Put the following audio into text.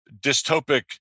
dystopic